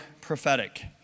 prophetic